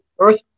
Earth